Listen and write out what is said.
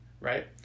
Right